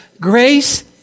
grace